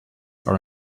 are